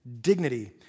dignity